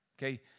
Okay